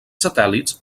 satèl·lits